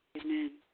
Amen